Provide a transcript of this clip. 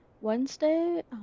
Wednesday